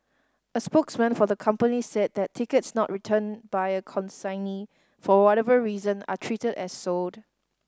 a spokesman for the company said that tickets not returned by a consignee for whatever reason are treated as sold